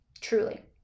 Truly